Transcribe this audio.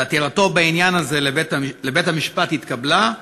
שעתירתו בעניין זה לבית-המשפט התקבלה,